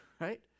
right